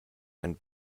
and